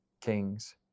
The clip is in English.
kings